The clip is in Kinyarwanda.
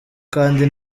kandi